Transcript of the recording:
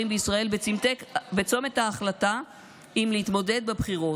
בישראל בצומת ההחלטה אם להתמודד בבחירות,